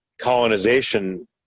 colonization